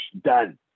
done